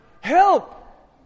help